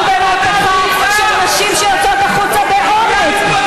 אנחנו במהפכה של נשים שיוצאות החוצה באומץ,